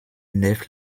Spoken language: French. nefs